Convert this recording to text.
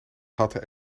had